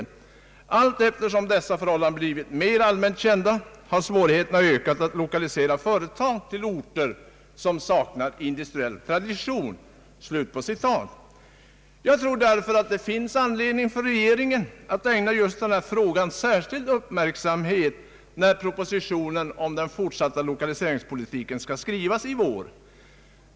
Allteftersom dessa förhållanden blivit mera allmänt kända, har svårigheter ökat att lokalisera företag till orter, som saknar industriell tradition.» Jag tror därför att det finns anledning för regeringen att ägna just denna fråga särskild uppmärksamhet när propositionen om den fortsatta lokaliseringspolitiken skall skrivas i vår.